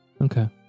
Okay